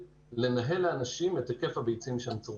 לנהל לאנשים את היקף הביצים שהם צורכים.